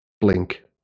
Blink